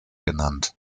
genannt